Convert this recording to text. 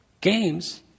Games